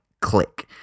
click